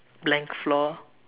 blank floor